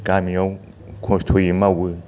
गामियाव खस्थ'यै मावो